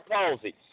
Palsy